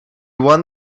won